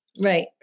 Right